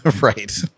Right